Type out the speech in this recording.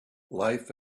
life